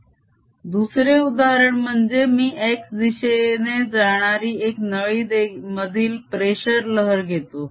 x2yt2 2yx2T2yt2v2T दुसरे उदाहरण म्हणजे मी x दिशेने जाणारी एका नळीमधील प्रेशर लहर घेतो